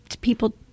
people